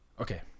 Okay